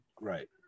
Right